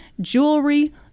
jewelry